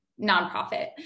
nonprofit